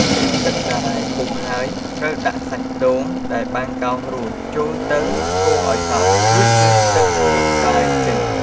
ពេលទឹកសារាយពុះហើយ ត្រូវដាក់សាច់ដូងដែលបានកោសរួចចូលទៅកូរឱ្យសព្វ រួចដួសទឹកស្លឹកតើយចេញ។